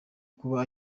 kuba